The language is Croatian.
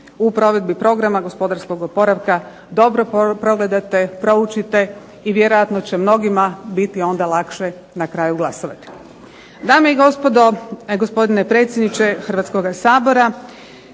u provedbi Programa gospodarskog oporavka dobro progledate, proučite i vjerojatno će mnogima biti onda lakše na kraju glasovati. Dame i gospodo, gospodine predsjedniče Hrvatskoga sabora